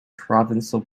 provincial